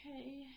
Okay